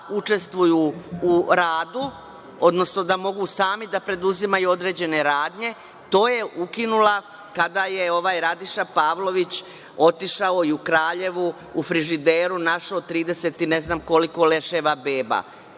učestvuju u radu, odnosno da mogu sami da preduzimaju određene radnje. To je ukinula kada je ovaj Radiša Pavlović otišao i u Kraljevu u frižideru našao trideset i nešto leševa beba,